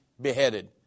beheaded